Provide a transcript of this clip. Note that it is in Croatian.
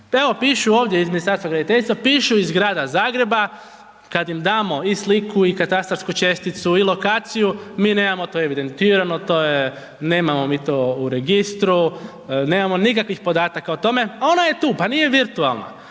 Evo pišu ovdje iz Ministarstva graditeljstva, pipu iz grada Zagreba, kad im damo i sliku i katastarsku česticu i lokaciju, mi nemamo to evidentirano, nemamo to u registru, nemamo nikakvih podataka u tome, a ona je tu, pa nije virtualna